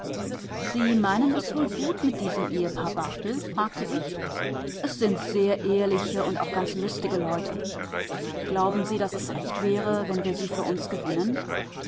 sie meinen es wohl gut mit diesem ehepaare barthel fragte ich es sind sehr ehrliche und auch ganz lustige leute glauben sie daß es recht wäre wenn wir sie für uns gewinnen